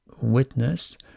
witness